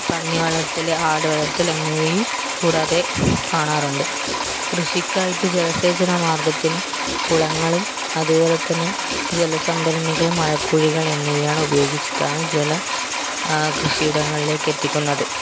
പന്നി വളർത്തൽ ആട് വളർത്തൽ എന്നിവയും കൂടാതെ കാണാറുണ്ട് കൃഷിക്കായിട്ട് ജനസേചന മാർഗ്ഗത്തിന് കുളങ്ങളും അതുപോലെതന്നെ ജലസംഭരണികളും മഴക്കുഴികൾ എന്നിവയാണ് ഉപയോഗിച്ചിട്ടാണ് ജലം കൃഷിയിടങ്ങളിലേക്ക് എത്തിക്കുന്നത്